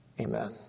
Amen